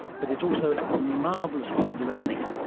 but it's also a marvellous way of learning.